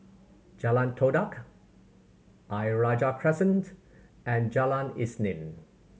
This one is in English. Jalan Todak Ayer Rajah Crescent and Jalan Isnin